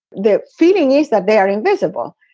the feeling is that they are invisible.